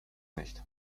nicht